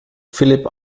philipp